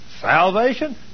salvation